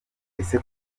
ese